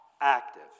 active